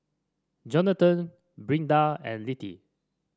Johnathon Brinda and Littie